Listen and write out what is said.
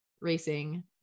racing